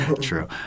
True